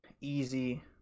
easy